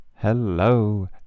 hello